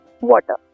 water